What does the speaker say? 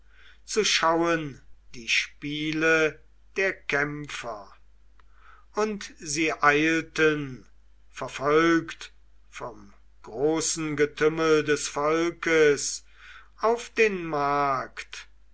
zu schauen die spiele der kämpfer und sie eilten verfolgt vom großen getümmel des volkes auf den markt